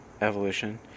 evolution